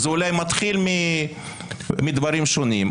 זה אולי מתחיל מדברים שונים,